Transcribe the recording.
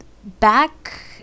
back